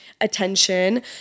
attention